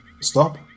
Stop